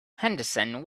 henderson